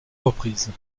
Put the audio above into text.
reprises